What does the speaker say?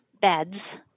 beds